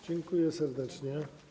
Dziękuję serdecznie.